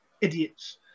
idiots